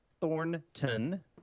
Thornton